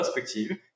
perspective